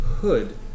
hood